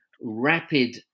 rapid